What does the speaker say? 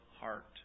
heart